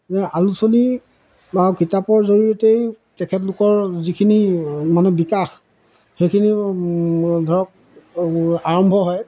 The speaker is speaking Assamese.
আলোচনী বা কিতাপৰ জৰিয়তেই তেখেতলোকৰ যিখিনি মানে বিকাশ সেইখিনি ধৰক আৰম্ভ হয়